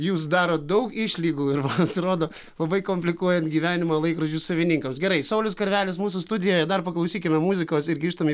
jūs darot daug išlygų pasirodo labai komplikuojant gyvenimą laikrodžių savininkams gerai saulius karvelis mūsų studijoje dar paklausykim muzikos ir grįžtam į